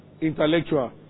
intellectual